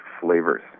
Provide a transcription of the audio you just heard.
flavors